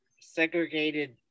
segregated